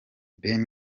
ben